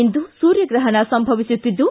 ಇಂದು ಸೂರ್ಯಗ್ರಹಣ ಸಂಭವಿಸುತ್ತಿದ್ದು